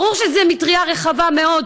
ברור שזו מטרייה רחבה מאוד,